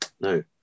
No